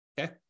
Okay